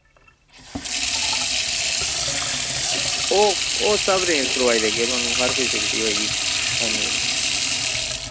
ओह् ओह् सब अरेंज करोआई देगे थुआनू हर फेस्लिटी होएगी हां जी